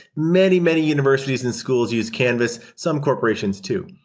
many many universities and schools use canvas, some corporations too.